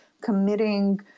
committing